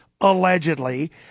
allegedly